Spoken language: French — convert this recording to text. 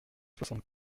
soixante